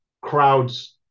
crowds